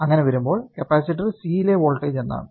അങ്ങനെ വരുമ്പോൾ capacitor C യിലെ വോൾട്ടേജ് എന്താണ്